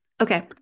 Okay